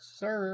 sir